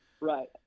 right